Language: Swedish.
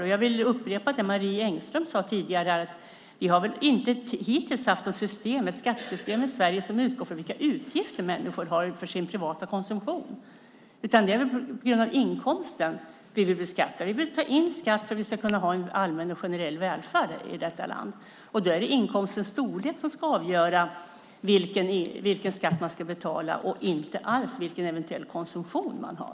Och jag vill upprepa det som Marie Engström sade tidigare, att vi väl hittills inte har haft ett skattesystem i Sverige som utgår från vilka utgifter människor har för sin privata konsumtion, utan det är inkomsten vi vill beskatta. Vi vill ta in skatt för att vi ska kunna ha en allmän och generell välfärd i detta land. Då är det inkomstens storlek som ska avgöra vilken skatt man ska betala och inte alls vilken konsumtion man har.